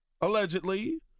allegedly